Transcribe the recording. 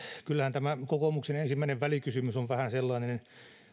kyllähän tämä kokoomuksen ensimmäinen välikysymys on vähän sellainen